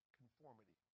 conformity